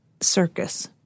circus